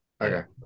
okay